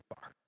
far